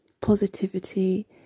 positivity